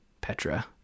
Petra